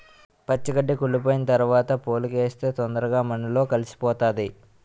పచ్చి గడ్డి కుళ్లిపోయిన తరవాత పోలికేస్తే తొందరగా మన్నులో కలిసిపోతాది